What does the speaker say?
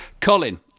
Colin